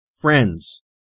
friends